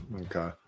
Okay